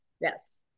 yes